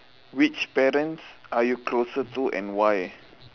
which parents are you closer to and why